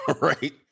right